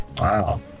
Wow